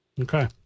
Okay